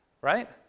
Right